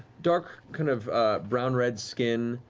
dark kind of brown-red skin,